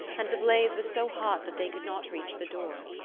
and the blaze was so hot that they could not reach the door.